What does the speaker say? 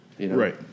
Right